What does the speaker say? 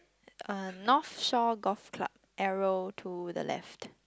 uh North Shore Golf Club arrow to the left